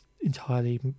entirely